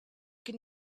can